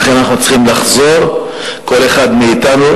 לכן אנחנו צריכים לחזור, כל אחד מאתנו,